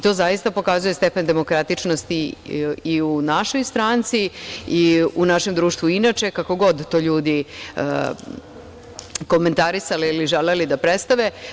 To zaista pokazuje stepen demokratičnosti i u našoj stranci i u našem društvu inače, kako god to ljudi komentarisali ili želeli da predstave.